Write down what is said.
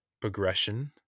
progression